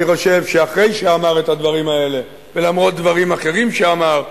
אני חושב שאחרי שאמר את הדברים האלה ולמרות דברים אחרים שאמר,